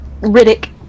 Riddick